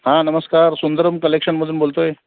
हां नमस्कार सुंदरम कलेक्शनमधून बोलतो आहे